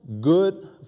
good